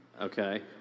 Okay